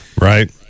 Right